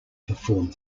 perform